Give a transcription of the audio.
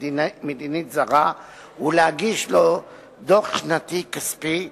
מדינית זרה ולהגיש לו דוח שנתי כספי ומילולי,